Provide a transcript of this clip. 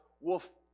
Wolf